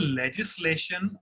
legislation